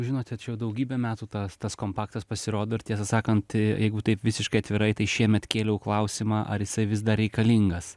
žinote čia jau daugybę metų tas tas kompaktas pasirodo ir tiesą sakant jeigu taip visiškai atvirai tai šiemet kėliau klausimą ar jisai vis dar reikalingas